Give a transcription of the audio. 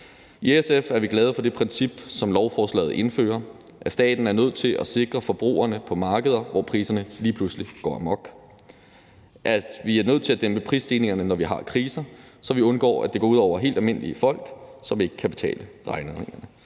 I SF er vi glade for det princip, som lovforslaget indfører, om, at staten er nødt til at sikre forbrugerne på markeder, hvor priserne lige pludselig går amok, at vi er nødt til at dæmpe prisstigningerne, når vi har kriser, så vi undgår, at det går ud over helt almindelige folk, som ikke kan betale regningerne,